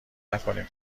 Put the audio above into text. نکنیم